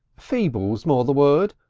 feeble's more the word.